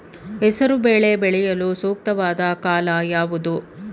ಹೆಸರು ಬೇಳೆ ಬೆಳೆಯಲು ಸೂಕ್ತವಾದ ಕಾಲ ಯಾವುದು?